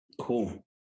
Cool